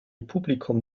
publikum